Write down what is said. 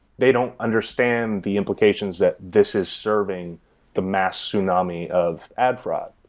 they don't understand the implications that this is serving the mass tsunami of ad fraud,